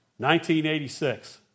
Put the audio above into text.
1986